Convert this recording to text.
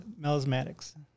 Melismatics